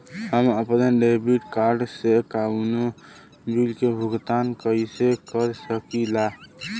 हम अपने debit card से कउनो बिल के भुगतान कइसे कर सकीला?